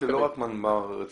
אני מבין שלא רק מנמ"ר רציני,